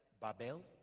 Babel